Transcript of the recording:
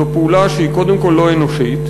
זה פעולה שהיא קודם כול לא אנושית,